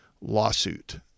lawsuit